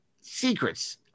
secrets